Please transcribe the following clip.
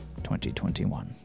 2021